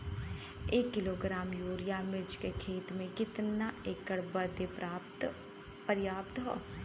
एक kilogram urea मिर्च क खेती में कितना एकड़ बदे पर्याप्त ह?